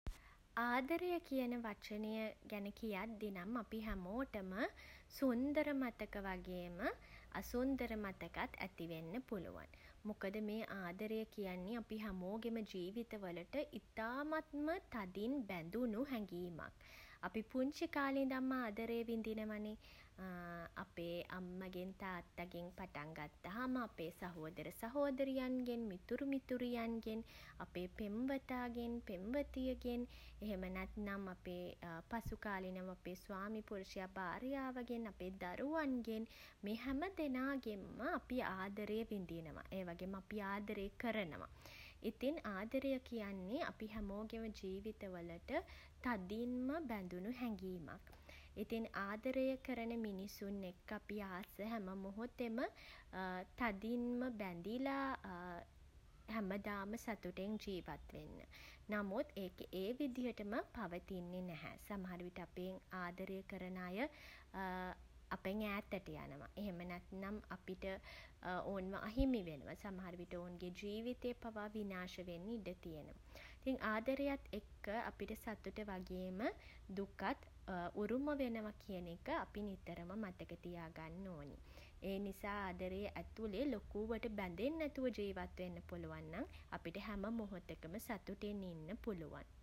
ආදරය කියන වචනය ගැන කියද්දි නම් අපි හැමෝටම සුන්දර මතක වගේම අසුන්දර මතකත් ඇතිවෙන්න පුළුවන්. මොකද මේ ආදරය කියන්නේ අපි හැමෝගෙම ජීවිතවලට ඉතාමත්ම තදින් බැඳුණු හැඟීමක්. අපි පුංචි කාලේ ඉඳන්ම ආදරේ විඳිනවානේ අපේ අම්මගෙන් තාත්තගෙන් පටන්ගත්තාම අපේ සහෝදර සහෝදරියන්ගෙන් මිතුරු මිතුරියන්ගෙන් අපේ පෙම්වතාගෙන් පෙම්වතියගෙන් එහෙම නැත්නම් අපේ පසුකාලීනව අපේ ස්වාමි පුරුෂයා භාර්යාවගෙන් අපේ දරුවන්ගෙන් මේ හැම දෙනාගෙන්ම අපි ආදරේ විඳිනවා. ඒ වගේම අපි ආදරේ කරනවා. ඉතින් ආදරය කියන්නේ අපි හැමෝගෙම ජීවිතවලට තදින්ම බැඳුණු හැඟීමක්. ඉතින් ආදරය කරන මිනිසුන් එක්ක අපි ආස හැම මොහොතෙම තදින්ම බැඳිලා හැමදාම සතුටින් ජීවත් වෙන්න. නමුත් ඒක ඒ විදිහටම පවතින්නේ නැහැ. සමහරවිට අපේ ආදරේ කරන අය අපෙන් ඈතට යනවා. එහෙම නැත්නම් අපිට ඔවුන්ව අහිමි වෙනවා. සමහර විට ඔවුන්ගේ ජීවිතය පවා විනාශ වෙන්න ඉඩ තියෙනවා. ඉතින් ආදරයත් එක්ක අපිට සතුට වගේම දුකත් උරුම වෙනවා කියන එක අපි නිතරම මතක තියාගන්න ඕන. ඒ නිසා ආදරේ ඇතුළේ ලොකුවට බැඳෙන් නැතුව ජීවත් වෙන්න පුළුවන් නම් අපිට හැම මොහොතකම සතුටින් ඉන්න පුළුවන්.